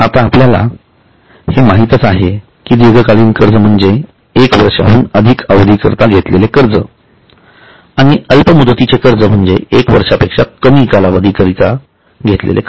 आता आपल्याला हे माहितच आहे की दीर्घकालीन कर्ज म्हणजे 1 वर्षाहुन अधिक अवधी करिता घेतलेले कर्ज आणि अल्प मुदतीचे कर्ज म्हणजे 1 वर्षापेक्षा कमी कालावधी साठी घेतलेली कर्ज